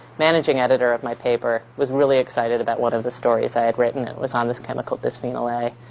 managing editor of my paper was really excited about one of the stories i had written. it was on this chemical, bisphenol a,